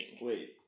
Wait